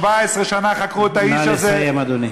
17 שנה חקרו את האיש הזה, נא לסיים, אדוני.